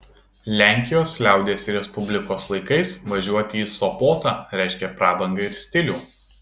lenkijos liaudies respublikos laikais važiuoti į sopotą reiškė prabangą ir stilių